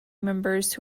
members